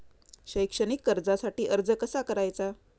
शैक्षणिक कर्जासाठी अर्ज कसा करायचा?